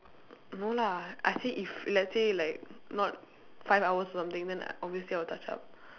no lah I say if let's say like not five hours or something then obviously I will touch up